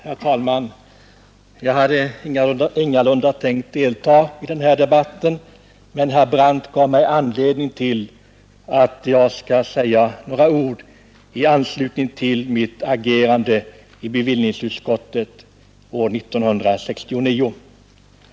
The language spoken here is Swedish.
Herr talman! Jag hade ingalunda tänkt delta i debatten, men herr Brandt gav mig anledning att säga några ord i anslutning till mitt agerande i bevillningsutskottet år 1969 i vad det gällde betänkande nr 58.